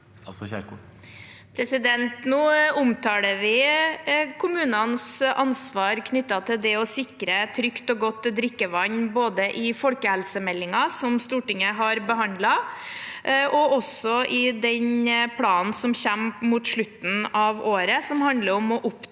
Nå omtaler vi kommunenes ansvar knyttet til det å sikre trygt og godt drikkevann både i folkehelsemeldingen, som Stortinget har behandlet, og i den planen som kommer mot slutten av året, som handler om å oppdatere